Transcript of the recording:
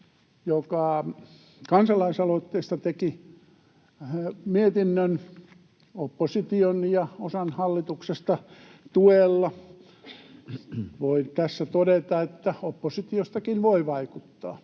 joka kansalaisaloitteesta teki mietinnön opposition ja osan hallituksesta tuella. Voi tässä todeta, että oppositiostakin voi vaikuttaa,